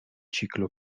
ciclo